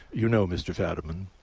you know, mr. fadiman,